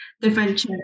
different